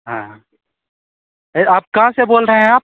हाँ है आप कहाँ से बोल रहें आप